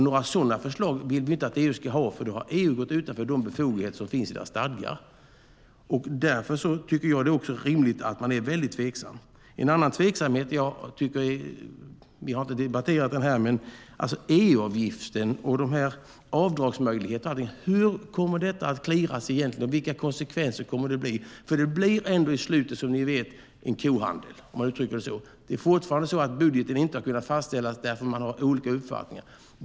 Några sådana förslag vill vi inte att EU ska föra fram, för då har EU gått utanför de befogenheter som finns i dess stadgar. Därför tycker jag att det också är rimligt att man är väldigt tveksam. En annan tveksamhet, vi har inte debatterat den här, tycker jag är EU-avgiften och avdragsmöjligheterna. Hur kommer detta att clearas och vilka konsekvenser kommer det att få? Det blir ändå i slutet som ni vet en kohandel, om jag uttrycker det så. Det är fortfarande så att budgeten inte har kunnat fastställas därför att man har olika uppfattningar.